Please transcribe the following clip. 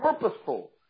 purposeful